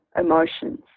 emotions